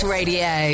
Radio